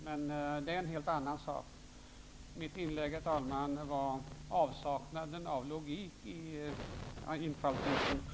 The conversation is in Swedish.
Jag gjorde detta inlägg på grund av avsaknaden av logik i Lisbeth Staaf-Igelströms infallsvinkel.